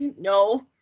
no